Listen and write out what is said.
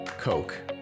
Coke